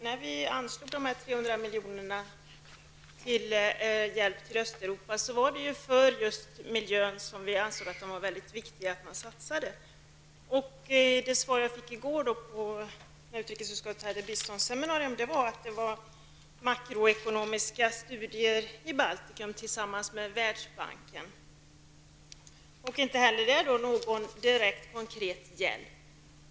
När vi anslog dessa 300 miljoner till hjälp till Östeuropa var ju tanken just att det var viktigt att satsa dem på miljön. Det svar jag i går fick på den fråga jag ställde när utrikesutskottet hade biståndsseminarium var att det var fråga om makroekonomiska studier i Baltikum tillsammans med Världsbanken. Det var alltså inte fråga om någon direkt och konkret hjälp.